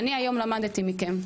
אני היום למדתי מכם,